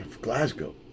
Glasgow